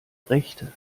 rechte